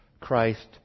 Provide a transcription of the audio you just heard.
Christ